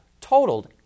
totaled